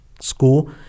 school